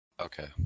Okay